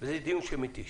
זה דיון שמתיש.